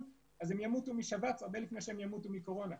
אז הם ימותו משבץ הרבה לפני שהם ימותו מקורונה.